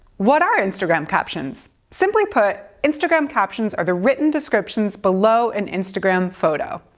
what are instagram captions? simply put, instagram captions are the written descriptions below an instagram photo.